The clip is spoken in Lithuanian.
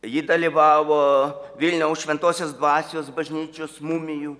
ji dalyvavo vilniaus šventosios dvasios bažnyčios mumijų